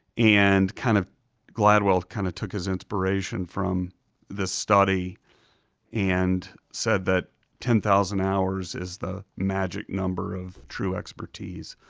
and kind of gladwell kind of took his inspiration from this study and said that ten thousand hours is the magic number of true expertise.